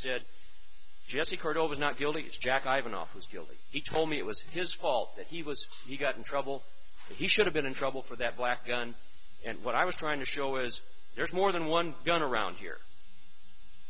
said jessie chordal was not guilty it's jack i have an office building he told me it was his fault that he was he got in trouble that he should have been in trouble for that black gun and what i was trying to show was there's more than one gun around here